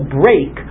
break